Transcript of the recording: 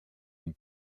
une